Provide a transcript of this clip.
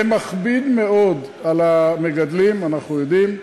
זה מכביד מאוד על המגדלים, אנחנו יודעים.